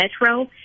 Metro